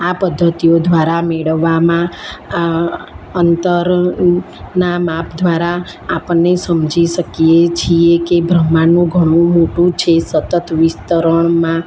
આ પદ્ધતિઓ દ્વારા મેળવવામાં અંતર નાં માપ દ્વારા આપણે સમજી શકીએ છીએ કે બ્રહ્માંડ ઘણું મોટું છે સતત વિસ્તરણમાં છે